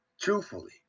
truthfully